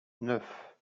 neuf